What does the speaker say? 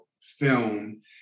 film